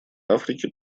африки